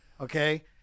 Okay